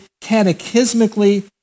catechismically